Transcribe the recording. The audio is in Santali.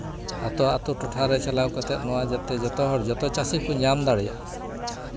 ᱟᱹᱛᱩ ᱟᱹᱛᱩ ᱴᱚᱴᱷᱟᱨᱮ ᱪᱟᱞᱟᱣ ᱠᱟᱛᱮᱫ ᱱᱚᱣᱟ ᱡᱟᱛᱮ ᱡᱚᱛᱚ ᱦᱚᱲ ᱡᱚᱛᱚ ᱪᱟᱹᱥᱤ ᱠᱚ ᱧᱟᱢ ᱫᱟᱲᱮᱭᱟᱜᱼᱟ